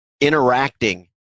interacting